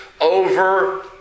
over